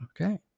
Okay